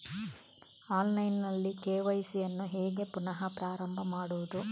Online ನಲ್ಲಿ KYC ಯನ್ನು ಹೇಗೆ ಪುನಃ ಪ್ರಾರಂಭ ಮಾಡುವುದು?